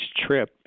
trip